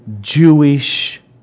Jewish